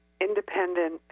independent